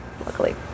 luckily